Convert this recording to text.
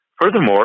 Furthermore